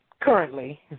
currently